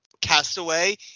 Castaway